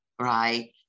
right